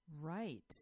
Right